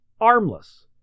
armless